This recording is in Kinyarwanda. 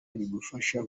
bigufasha